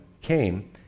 came